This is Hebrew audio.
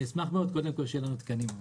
אשמח מאוד קודם כול שיהיו לנו תקנים.